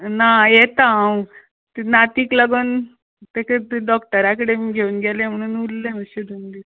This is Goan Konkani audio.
ना येता हांव ती नातीक लागोन ताका ते डॉक्टरा कडेन घेवन गेले म्हणून उरलें मातशें दोन दीस